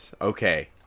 Okay